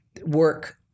work